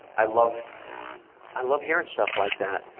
i love i love hearing stuff like that.